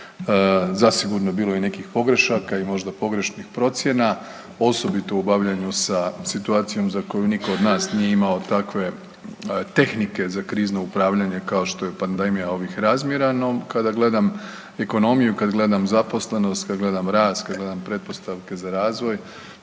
zasigurno, bilo je i nekih pogrešaka i možda pogrešnih procjena, osobito u obavljanju sa situacijom za koju nitko od nas nije imao takve tehnike za krizno upravljanje kao što je pandemija ovih razmjera, no, kada gledam ekonomiju i kad gledam zaposlenost, kad gledam rast, kad gledam pretpostavke za razvoj,